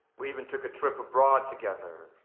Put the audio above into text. we even took a trip abroad together.